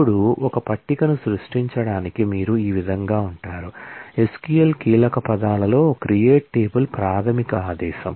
ఇప్పుడు ఒక పట్టికను సృష్టించడానికి మీరు ఈ విధంగా ఉంటారు SQL కీలకపదాలు లో క్రియేట్ టేబుల్ ప్రాథమిక ఆదేశం